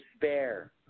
despair